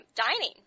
dining